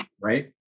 right